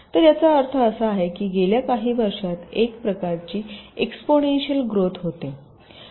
तर याचा अर्थ असा आहे की गेल्या काही वर्षांत एक प्रकारची एक्सपोनेंशिअल ग्रोथ होते